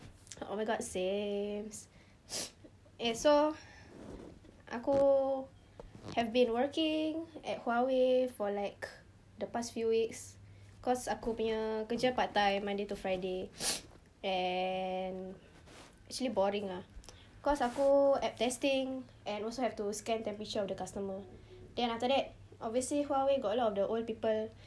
oh my god same eh so aku have been working at huawei for like the past few weeks cause aku punya kerja part time monday to friday and actually boring lah cause aku app testing and also have to scan temperature of the customer then after that obviously huawei got a lot of the old people